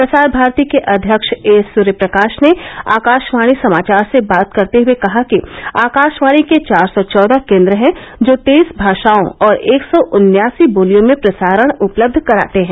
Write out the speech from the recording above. प्रसार भारती के अध्यक्ष ए सर्य प्रकाश ने आकाशवाणी समाचार से बात करते हुए कहा कि आकाशवाणी के चार सौ चौदह केन्द्र हैं जो तेईस भाषाओं और एक सौ उन्यासी बोलियों में प्रसारण उपलब्ध कराते हैं